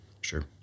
Sure